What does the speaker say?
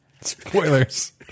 Spoilers